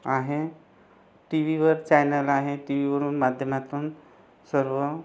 आहे टी व्हीवर चॅनल आहे टी व्हीवरून माध्यमातून सर्व